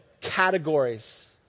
categories